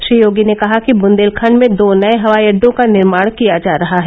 श्री योगी ने कहा कि बुन्देलखण्ड में दो नये हवाई अड्डों का निर्माण किया जा रहा है